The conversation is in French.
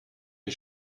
les